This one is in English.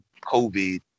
COVID